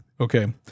Okay